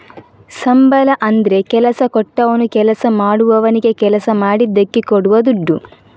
ಸಂಬಳ ಅಂದ್ರೆ ಕೆಲಸ ಕೊಟ್ಟವನು ಕೆಲಸ ಮಾಡುವವನಿಗೆ ಕೆಲಸ ಮಾಡಿದ್ದಕ್ಕೆ ಕೊಡುವ ದುಡ್ಡು